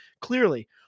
Clearly